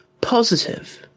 positive